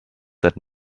that